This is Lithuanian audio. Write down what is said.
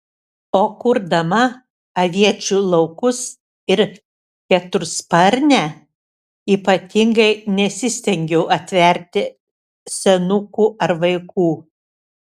o kurdama aviečių laukus ir ketursparnę ypatingai nesistengiau atverti senukų ar vaikų